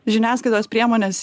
žiniasklaidos priemonės